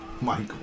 Michael